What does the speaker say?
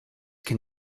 can